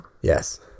Yes